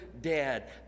dead